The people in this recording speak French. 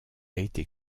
été